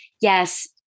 yes